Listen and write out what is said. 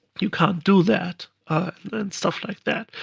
you can't do that, and stuff like that.